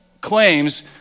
claims